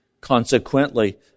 Consequently